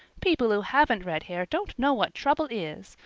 people who haven't red hair don't know what trouble is.